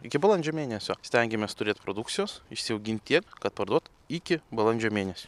iki balandžio mėnesio stengiamės turėt produkcijos išsiaugint tiek kad parduot iki balandžio mėnesio